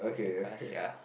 same class sia